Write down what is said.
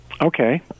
Okay